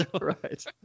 right